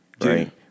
right